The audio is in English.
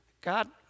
God